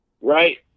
Right